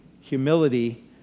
humility